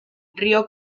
río